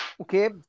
Okay